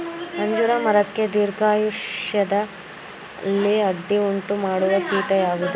ಅಂಜೂರ ಮರಕ್ಕೆ ದೀರ್ಘಾಯುಷ್ಯದಲ್ಲಿ ಅಡ್ಡಿ ಉಂಟು ಮಾಡುವ ಕೀಟ ಯಾವುದು?